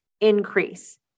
increase